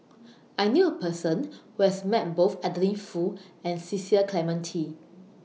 I knew A Person Who has Met Both Adeline Foo and Cecil Clementi